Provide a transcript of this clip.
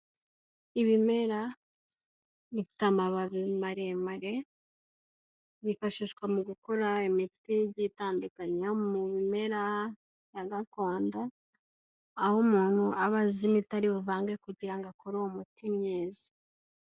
Ibimera bifite amababi maremare byifashishwa mu gukora imiti igiye itandukanye, yo mu bimera ya gakondo aho umuntu aba azi imiti ari buvange kugira ngo akore uwo muti mwiza.